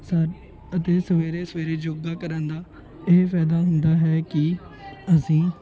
ਸ ਅਤੇ ਸਵੇਰੇ ਸਵੇਰੇ ਯੋਗਾ ਕਰਨ ਦਾ ਇਹ ਫਾਇਦਾ ਹੁੰਦਾ ਹੈ ਕਿ ਅਸੀਂ